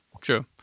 True